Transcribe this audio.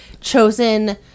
chosen